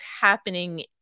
happening